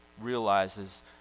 realizes